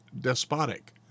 despotic